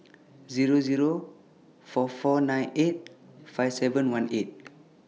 Zero Zero four four nine eight five seven one eight